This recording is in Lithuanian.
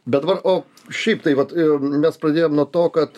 bet dabar o šiaip tai vat mes pradėjom nuo to kad